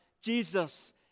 Jesus